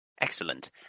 Excellent